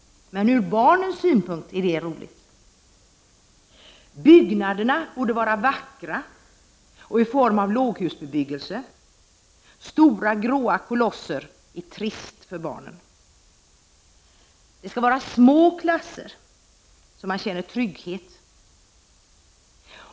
Men ur barnens synpunkt är dessa iskanor roliga. Byggnaderna borde vara vackra och i form av låghusbebyggelse. Stora grå kolosser är trista för barnen. Det skall vara små klasser, så att barnen känner trygghet.